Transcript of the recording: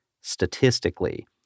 statistically